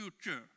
future